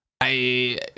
I